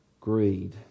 greed